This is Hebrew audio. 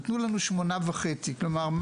אבל תנו לנו 8.5. כלומר,